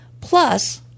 Plus